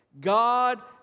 God